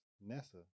Nessa